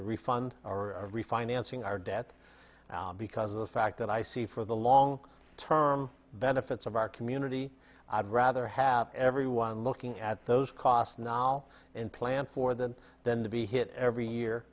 the refund or refinancing our debt now because of the fact that i see for the long term benefits of our community i'd rather have everyone looking at those costs now and plan for that than to be hit every year